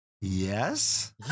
yes